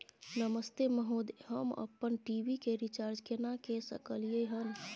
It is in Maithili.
नमस्ते महोदय, हम अपन टी.वी के रिचार्ज केना के सकलियै हन?